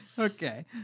Okay